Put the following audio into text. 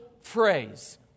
phrase